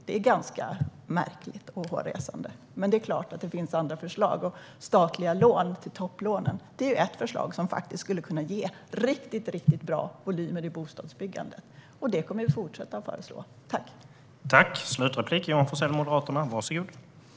Det är ganska märkligt och hårresande. Det är klart att det finns andra förslag. Statliga lån till topplånen är ett förslag som faktiskt skulle kunna ge riktigt bra volymer i bostadsbyggandet, och vi kommer att fortsätta att föreslå detta.